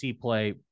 play